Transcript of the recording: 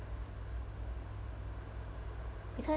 because